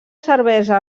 cervesa